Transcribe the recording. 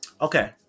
Okay